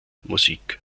musik